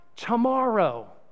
tomorrow